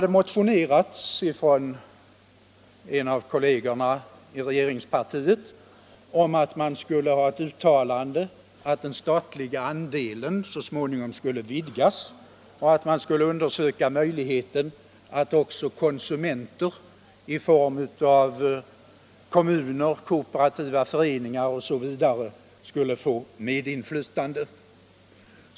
Ett par av kollegerna i regeringspartiet hade motionerat om att man skulle göra det uttalandet att den statliga andelen så småningom skulle vidgas och att man skulle undersöka möjligheten att också konsumenter i form av kommuner, kooperativa föreningar osv. skulle få medinflytande.